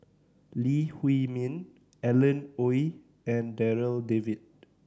Lee Huei Min Alan Oei and Darryl David